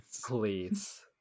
Please